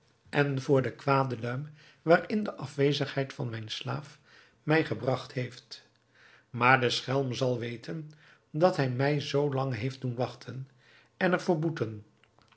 en voor den kwaden luim waarin de afwezigheid van mijn slaaf mij gebragt heeft maar de schelm zal weten dat hij mij zoo lang heeft doen wachten en er voor boeten